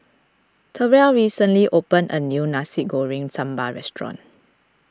Terrell recently opened a new Nasi Goreng Sambal Restaurant